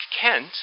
Kent